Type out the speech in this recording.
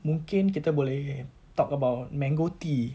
mungkin kita boleh talk about mango tea